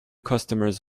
customers